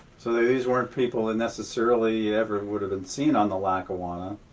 so, these weren't people and necessarily you ever would have been seen on the lackawanna,